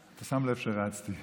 אתה שם לב שרצתי.